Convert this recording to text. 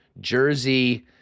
jersey